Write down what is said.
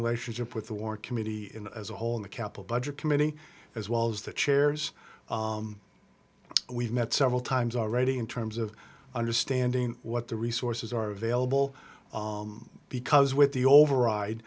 relationship with the war committee as a whole in the capital budget committee as well as the chairs we've met several times already in terms of understanding what the resources are available because with the override